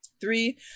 three